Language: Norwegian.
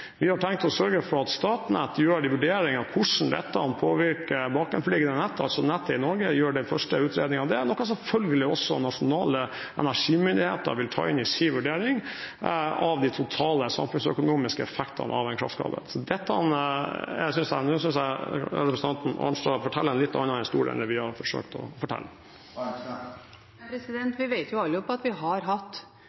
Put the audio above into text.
Vi har tenkt å sørge for at Statnett gjør vurderingene av hvordan dette påvirker bakenforliggende nett. Det er noe selvfølgelig også nasjonale energimyndigheter vil ta inn i sin vurdering av de totale samfunnsøkonomiske effektene. Nå synes jeg representanten Marit Arnstad forteller en litt annen historie enn det vi har forsøkt å fortelle.